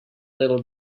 little